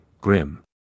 grim